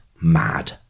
mad